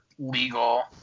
legal